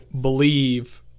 believe